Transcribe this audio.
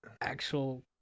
actual